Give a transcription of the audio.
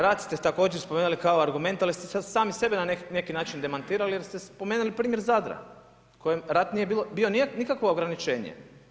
Rat također spomenuli kao argument, ali ste sami sebe na neki način demantirali, jer ste spomenuli primjer Zadra, koji rat nije bio nikakvo ograničenje.